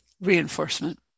reinforcement